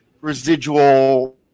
residual